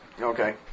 Okay